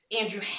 Andrew